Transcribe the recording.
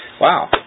wow